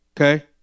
okay